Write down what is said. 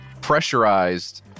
pressurized